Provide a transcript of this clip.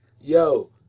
yo